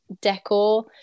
decor